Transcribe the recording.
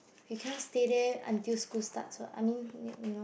he cannot stay there until school starts [what] I mean y~ you know